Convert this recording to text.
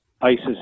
ISIS